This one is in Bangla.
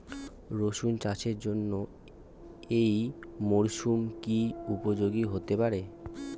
রসুন চাষের জন্য এই মরসুম কি উপযোগী হতে পারে?